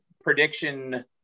prediction